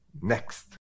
Next